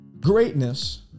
greatness